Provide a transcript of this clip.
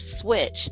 switch